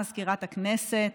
מזכירת הכנסת,